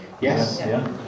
Yes